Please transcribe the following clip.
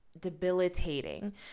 debilitating